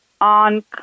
on